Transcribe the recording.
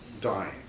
dying